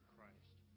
Christ